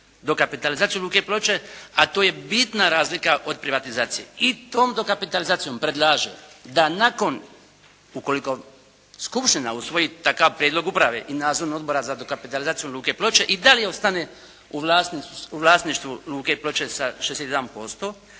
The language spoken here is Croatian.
dokapitalizaciju Luke Ploče a to je bitna razlika od privatizacije i tom dokapitalizacijom predlaže da nakon ukoliko skupština usvoji takav prijedlog uprave i nadzornog odbora za dokapitalizaciju Luke Ploče i dalje ostane u vlasništvu Luke Ploče sa 61%